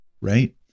right